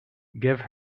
give